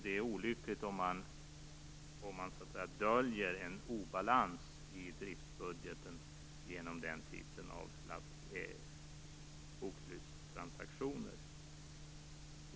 Det är olyckligt om en obalans i driftsbudgeten döljs genom den typen av bokslutstransaktioner.